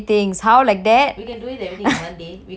!huh! everything in one day rushing lah